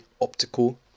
optical